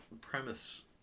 premise